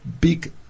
big